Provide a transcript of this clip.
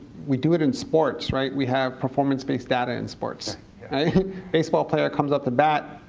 we do it in sports, right? we have performance based data in sports. a baseball player comes up to bat,